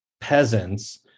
peasants